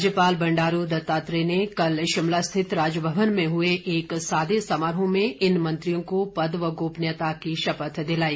राज्यपाल बंडारू दत्तात्रेय ने कल राजभवन में हुए एक सादे समारोह में इन मंत्रियों को पद व गोपनीयता की शपथ दिलाई